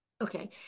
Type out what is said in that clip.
Okay